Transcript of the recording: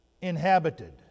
inhabited